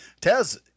Taz